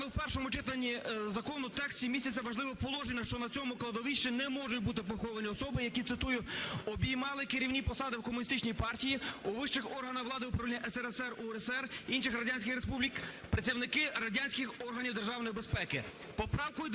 в першому читанні законі в тексті міститься важливе положення, що на цьому кладовищі не можуть бути поховані особи, які, цитую, "обіймали керівні посади у комуністичній партії, у вищих органах влади і управління УРСР, СРСР, інших радянських республік, працівники радянських органів державної безпеки".